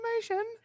information